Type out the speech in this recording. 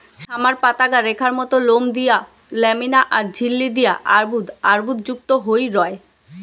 summer পাতাগা রেখার মত লোম দিয়া ল্যামিনা আর ঝিল্লি দিয়া অর্বুদ অর্বুদযুক্ত হই রয়